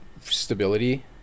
stability